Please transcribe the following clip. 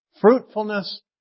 Fruitfulness